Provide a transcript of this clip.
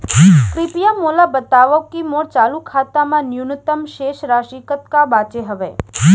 कृपया मोला बतावव की मोर चालू खाता मा न्यूनतम शेष राशि कतका बाचे हवे